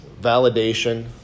validation